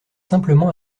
simplement